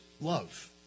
love